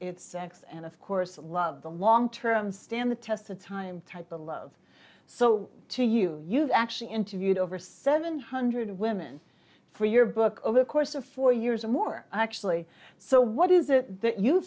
it's sex and of course love the long term stand the test of time type a love so to you you've actually interviewed over seven hundred women for your book over the course of four years or more actually so what is it